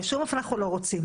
בשום אופן אנחנו לא רוצים.